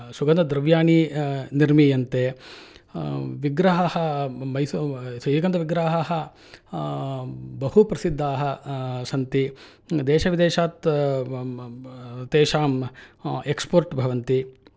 सुगन्धद्रव्याणि निर्मीयन्ते विग्रहाः मैसूरु श्रीगन्धविग्रहाः बहु प्रशिद्धः सन्ति देशविदेशात् तेषां एक्सपोर्ट् भवन्ति